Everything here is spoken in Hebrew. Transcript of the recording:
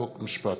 חוק ומשפט.